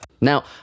now